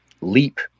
leap